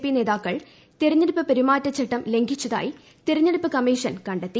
P നേതാക്കൾ തിരഞ്ഞെടുപ്പ് പെരുമാറ്റച്ചട്ടം ലംഘിച്ചതായി തിരഞ്ഞെടുപ്പ് കമ്മീഷൻ കണ്ടെത്തി